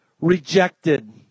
rejected